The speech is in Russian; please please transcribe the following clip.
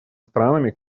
странами